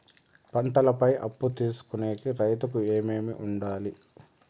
పంటల పై అప్పు తీసుకొనేకి రైతుకు ఏమేమి వుండాలి?